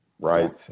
right